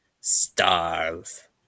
starve